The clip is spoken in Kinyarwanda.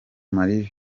marie